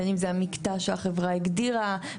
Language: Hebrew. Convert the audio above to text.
בין אם זה המקטע שהחברה הגדירה.